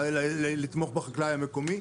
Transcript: ממשרד החקלאות.